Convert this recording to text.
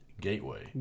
Gateway